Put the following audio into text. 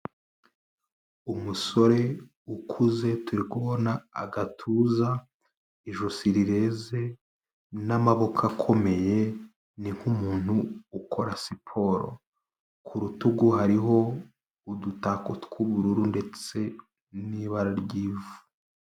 Umusore ukuze turi kubona agatuza, ijosi rireze n'amaboko akomeye ni nk'umuntu ukora siporo, ku rutugu hariho udutako tw'ubururu ndetse n'ibara ry'ivu.